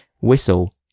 Whistle